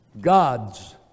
God's